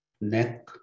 neck